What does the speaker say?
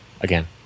again